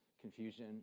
confusion